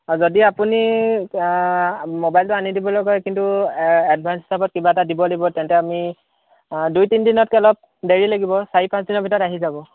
যদি আপুনি ম'বাইলটো আনি দিবলৈ কয় কিন্তু এডভাঞ্চ হিচাপত কিবা এটা দিব লাগিব তেন্তে আমি দুই তিনিদিনতকৈ অলপ দেৰি লাগিব চাৰি পাঁচ দিনৰ ভিতৰত আহি যাব